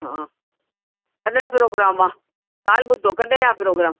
हा कॾहिं प्रोग्राम आहे ॻाल्हि ॿुधो कॾहिं आहे प्रोग्राम